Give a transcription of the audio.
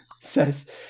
says